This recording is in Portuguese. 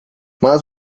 mas